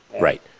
Right